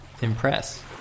impress